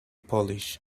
polish